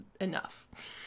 enough